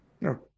No